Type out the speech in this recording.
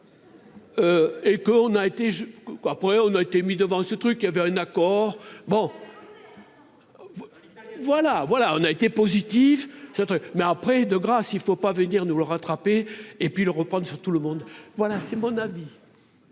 après on a été mis devant ce truc, il avait un accord, bon voilà, voilà, on a été positif, ce truc, mais après 2 grâce, il ne faut pas venir nous le rattraper et puis le reprendre sur tout le monde, voilà c'est mon avis.